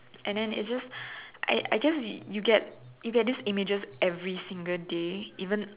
and then it just I I just you get you get this images every single day even